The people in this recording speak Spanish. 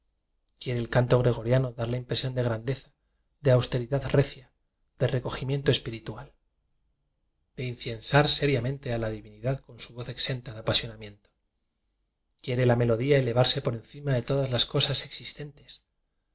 el canto gre goriano dar la impresión de grandeza de austeridad recia de recogimiento espiritual de inciensar seriamente a la divinidad con voz exenta de apasionamiento quiere la melodía elevarse por encima de todas las cosas existentes